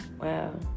wow